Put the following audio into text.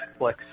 Netflix